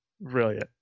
brilliant